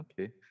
okay